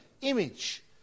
image